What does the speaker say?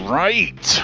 right